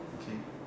okay